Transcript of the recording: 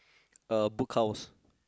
uh Book House